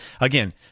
Again